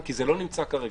כי זה לא נמצא כרגע.